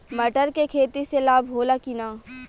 मटर के खेती से लाभ होला कि न?